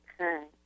Okay